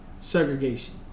segregation